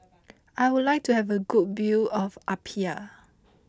I would like to have a good view of Apia